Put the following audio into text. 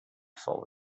forward